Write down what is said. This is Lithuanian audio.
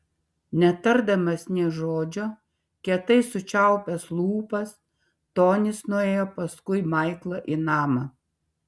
netardamas nė žodžio kietai sučiaupęs lūpas tonis nuėjo paskui maiklą į namą